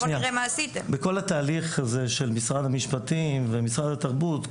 בכל התהליך הזה של משרד המשפטים ומשרד התרבות,